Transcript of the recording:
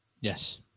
Yes